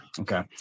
Okay